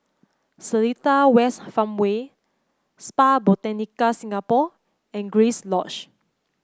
Seletar West Farmway Spa Botanica Singapore and Grace Lodge